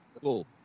Cool